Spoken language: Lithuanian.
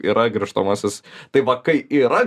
yra grįžtamasis tai va kai yra